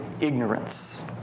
ignorance